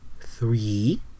three